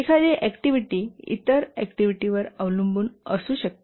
एखादी ऍक्टिव्हिटी इतर ऍक्टिव्हिटी वर अवलंबून असू शकते